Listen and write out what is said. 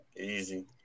Easy